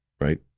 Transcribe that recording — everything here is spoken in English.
right